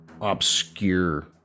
obscure